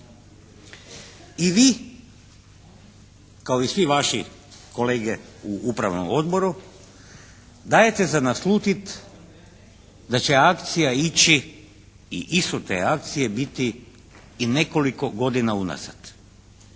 I vi kao i svi vaši kolege u Upravnom odboru dajete za naslutiti da će akcija ići i ishod te akcije biti i nekoliko godina unazad.